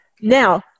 Now